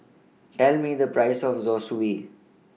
Tell Me The Price of Zosui